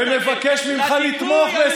ומבקש ממך לתמוך, לדיכוי אני מתנגד.